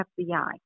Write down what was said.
FBI